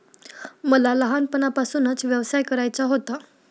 मला लहानपणापासूनच व्यवसाय करायचा होता